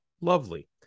lovely